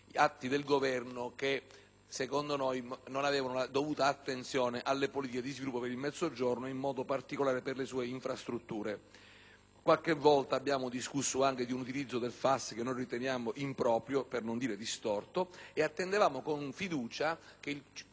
atti del Governo che secondo noi non avevano la dovuta attenzione alle politiche di sviluppo per il Mezzogiorno ed in modo particolare per le sue infrastrutture. Qualche volta abbiamo discusso anche di un utilizzo del FAS che noi riteniamo improprio, per non dire distorto, e attendevamo con fiducia che il